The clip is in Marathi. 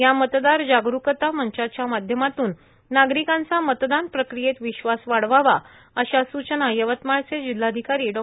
या मतदार जागरुकता मंचच्या माध्यमातून नागरिकांचा मतदान प्रक्रियेत विश्वास वाढवावा अशा सुचना यवतमाळचे जिल्हाधिकारी डॉ